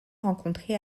rencontré